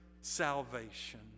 salvation